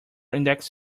index